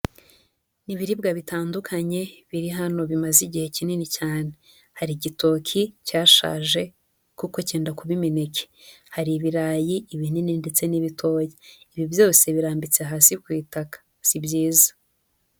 Ni ibiribwa bitandukanye biri hano bimaze igihe kinini cyane. Hari igitoki cyashaje kuko cyenda kuba imineke, hari ibirayi ibinini ndetse n'ibitoya. Ibi byose birambitse hasi ku itaka, si byiza.